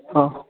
ହଁ